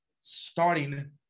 starting